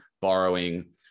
borrowing